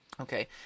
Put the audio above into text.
Okay